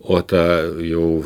o ta jau